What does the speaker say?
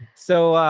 so,